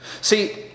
See